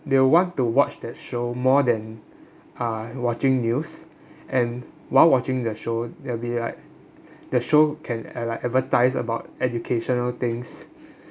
they'll want to watch that show more than uh watching news and while watching the show they'll be like the show can a~ like advertise about educational things